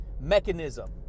mechanism